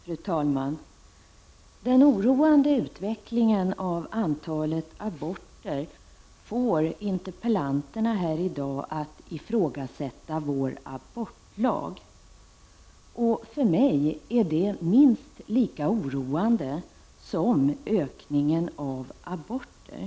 Fru talman! Den oroande utvecklingen i fråga om antalet aborter får interpellanterna att ifrågasätta vår abortlag. För mig är detta minst lika oroande som ökningen av antalet aborter.